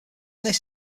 this